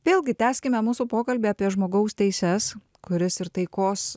vėlgi tęskime mūsų pokalbį apie žmogaus teises kuris ir taikos